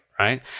Right